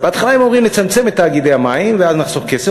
בהתחלה הם אומרים: נצמצם את תאגידי המים ואז נחסוך כסף.